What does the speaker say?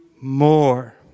more